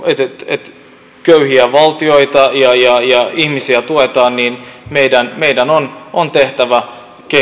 että köyhiä valtioita ja ja ihmisiä tuetaan niin meidän meidän on on tehtävä